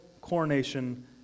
coronation